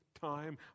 time